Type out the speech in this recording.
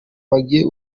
bagira